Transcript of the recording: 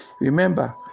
Remember